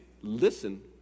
listen